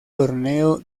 torneo